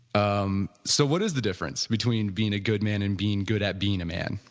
um so what is the difference between being a good man and being good at being a man?